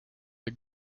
the